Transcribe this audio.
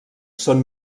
són